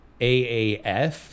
AAF